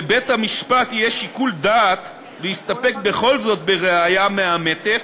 לבית-המשפט יש שיקול דעת להסתפק בכל זאת בראיה מאמתת,